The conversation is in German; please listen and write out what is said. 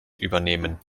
übernehmen